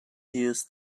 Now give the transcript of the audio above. used